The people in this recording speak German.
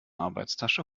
arbeitstasche